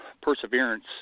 perseverance